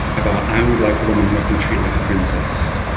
about i would like a woman whom i can treat like a princess.